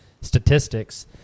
statistics